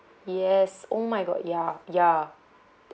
yes oh my god ya ya